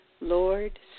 Lord